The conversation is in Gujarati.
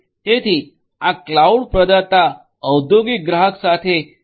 તેથી આ કલાઉડ પ્રદાતા ઔદ્યોગિક ગ્રાહક સાથે એસ